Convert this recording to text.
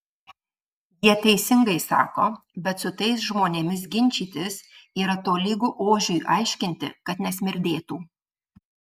jie teisingai sako bet su tais žmonėmis ginčytis yra tolygu ožiui aiškinti kad nesmirdėtų